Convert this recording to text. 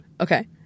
Okay